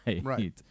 Right